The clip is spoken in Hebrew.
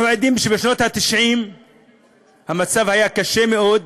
אנחנו עדים שבשנות ה-90 המצב היה קשה מאוד,